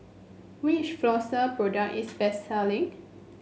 which Floxia product is best selling